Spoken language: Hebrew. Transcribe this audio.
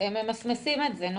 הם ממסמסים את זה.